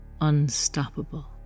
...unstoppable